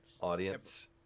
audience